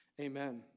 amen